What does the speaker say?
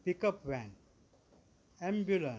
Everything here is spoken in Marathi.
pickup van ambulance